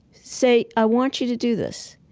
say, i want you to do this.